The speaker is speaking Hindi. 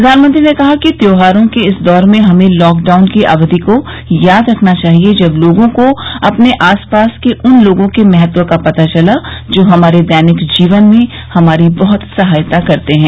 प्रधानमंत्री ने कहा कि त्यौहारों के इस दौर में हमें लॉकडाउन की अवधि को याद रखना चाहिए जब लोगों को अपने आसपास के उन लोगों के महत्व का पता चला जो हमारे दैनिक जीवन में हमारी बहुत सहायता करते हैं